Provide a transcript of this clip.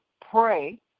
pray